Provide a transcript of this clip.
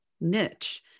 niche